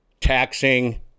taxing